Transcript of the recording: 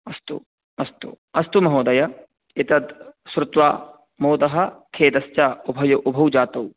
अस्तु अस्तु अस्तु महोदय एतत् श्रुत्वा मोदः खेदश्च उभय उभौ जातौ